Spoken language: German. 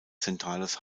zentrales